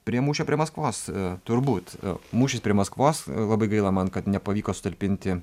prie mūšio prie maskvos turbūt mūšis prie maskvos labai gaila man kad nepavyko sutalpinti